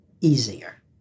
easier